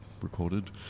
recorded